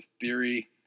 theory